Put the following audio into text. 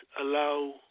allow